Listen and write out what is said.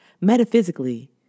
Metaphysically